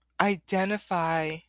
identify